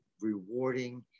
rewarding